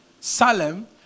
Salem